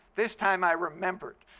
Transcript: this time i remembered,